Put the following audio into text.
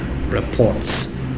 reports